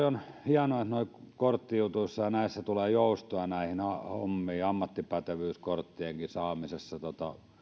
on hienoa että noissa korttijutuissa ja näissä tulee joustoa näihin hommiin ammattipätevyyskorttienkaan saamisessa